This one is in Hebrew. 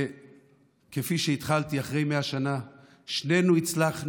וכפי שהתחלתי, אחרי 100 שנה שנינו הצלחנו: